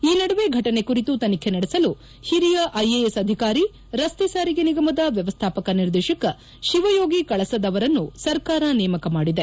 ಈ ನಡುವೆ ಘಟನೆ ಕುರಿತು ತನಿಖೆ ನಡೆಸಲು ಹಿರಿಯ ಐಎಎಸ್ ಅಧಿಕಾರಿ ರಸ್ತೆ ಸಾರಿಗೆ ನಿಗಮದ ವ್ಯವಸ್ಥಾಪಕ ನಿರ್ದೇಶಕ ಶಿವಯೋಗಿ ಕಳಸದ ಅವರನ್ನು ಸರ್ಕಾರ ನೇಮಕ ಮಾಡಿದೆ